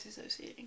disassociating